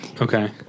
okay